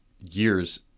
years